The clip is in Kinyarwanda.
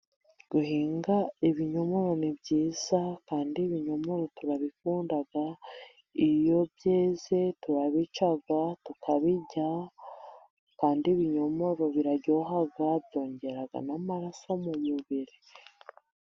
Guhinga ibinyomo ni byiza kandi ibinyomo turabikunda, iyo byeze turabica, tukabirya kandi ibinyomoro biraryoha bwabyongera n'amaraso mumubiri.